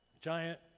Giant